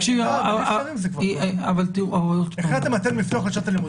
תקשיבי --- החלטתם אתם לפתוח את שנת הלימודים.